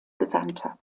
gesandter